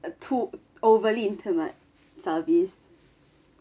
a too overly intimate service